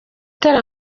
tara